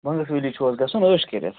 Bangus valley چھُ حظ گَژھن ٲش کٔرِتھ